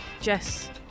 Jess